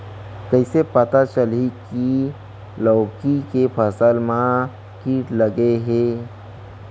कइसे पता चलही की लौकी के फसल मा किट लग गे हे?